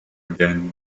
again